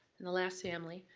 and the last family,